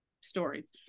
stories